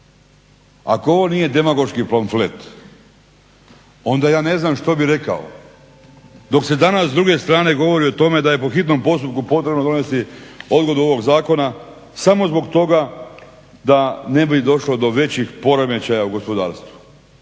Ako ovo nije demagoški pamflet onda ja ne znam što bi rekao, dok se danas s druge strane govori o tome da je po hitnom postupku potrebno donesti odgodu ovog zakona, samo zbog toga da ne bi došlo do većih poremećaja u gospodarstvu.